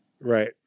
right